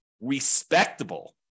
respectable